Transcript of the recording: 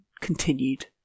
continued